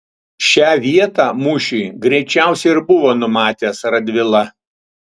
šią vietą mūšiui greičiausiai ir buvo numatęs radvila